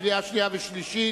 קריאה שנייה וקריאה שלישית.